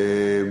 מתנצל.